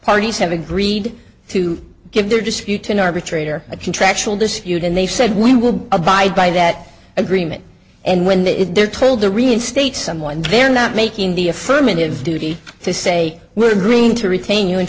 parties have agreed to give their dispute an arbitrator a contractual dispute and they said we will abide by that agreement and when that is they're told to reinstate someone they're not making the affirmative duty to say we're agreeing to retain you in